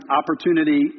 opportunity